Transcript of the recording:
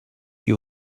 you